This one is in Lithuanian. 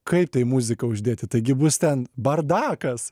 kaip tai muziką uždėti taigi bus ten bardakas